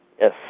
Yes